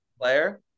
player